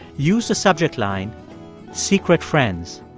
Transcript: use the subject line secret friends.